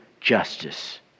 justice